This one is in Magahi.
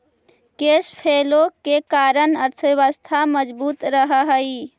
कैश फ्लो के कारण अर्थव्यवस्था मजबूत रहऽ हई